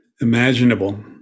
imaginable